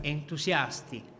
entusiasti